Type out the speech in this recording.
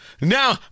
now